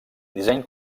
disseny